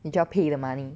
你就要 pay the money